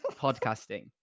podcasting